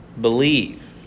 Believe